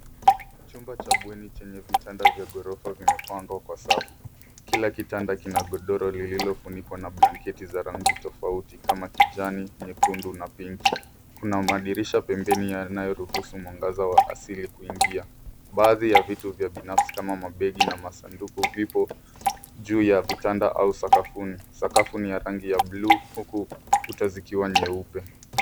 Chumba cha bweni chenye vitanda vya ghorofa vimepangwa kwa safu. Kila kitanda kina godoro lililofunikwa na blanketi za rangi tofauti kama: kijani, nyekundu na pinki. Kuna madirisha pembeni yanayoruhusu mwangaza wa asili kuingia. Baadhi ya vitu vya binafsi kama: mabegi na masanduku vipo juu ya vitanda au sakafuni. Sakafu ni ya rangi ya bluu huku kuta zikiwa nyeupe.